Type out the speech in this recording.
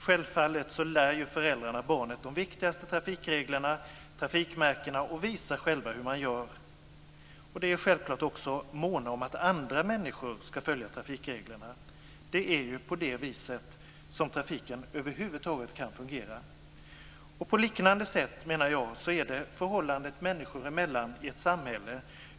Självfallet lär ju föräldrarna barnet de viktigaste trafikreglerna och trafikmärkena och visar själva hur man gör. De är självklart också måna om att andra människor ska följa trafikreglerna. Det är ju på det viset som trafiken över huvud taget kan fungera. På liknande sätt, menar jag, är förhållandet människor emellan i ett samhälle.